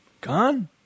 gone